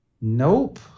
Nope